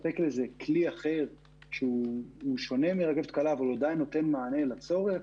כלי ששונה מרכבת קלה אבל עדיין נותן מענה לצורך,